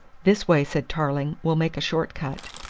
this way, said tarling. we'll make a short cut.